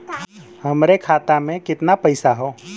हमरे खाता में कितना पईसा हौ?